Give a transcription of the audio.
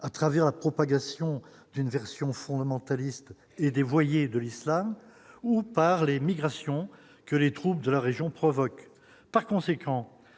à travers la propagation d'une version fondamentaliste et dévoyée de l'Islam ou par l'émigration, que les troupes de la région provoque par conséquent